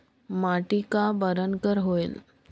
माटी का बरन कर होयल?